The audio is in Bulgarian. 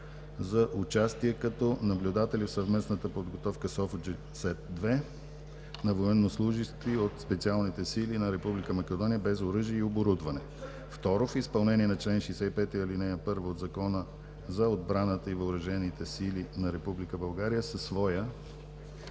– участие като наблюдатели в съвместната подготовка SOF JCET 2 на военнослужещи от Специалните сили на Република Македония, без оръжие и оборудване. Второ, в изпълнение на чл. 65 и ал. 1 от Закона за отбраната и въоръжените сили на Република България със своя